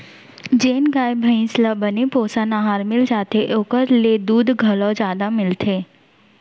जेन गाय भईंस ल बने पोषन अहार मिल जाथे ओकर ले दूद घलौ जादा मिलथे